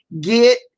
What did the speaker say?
Get